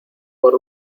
por